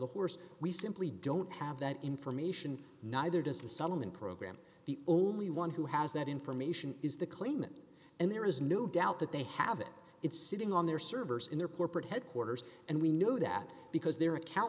the horse we simply don't have that information neither does the sullivan program the only one who has that information is the claimant and there is no doubt that they have it it's sitting on their servers in their corporate headquarters and we know that because their account